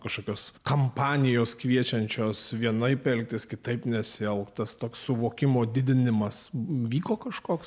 kažkas kampanijos kviečiančios vienaip elgtis kitaip nesielgtų toks suvokimo didinimas vyko kažkoks